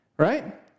Right